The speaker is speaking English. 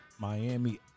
miami